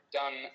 done